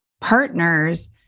partners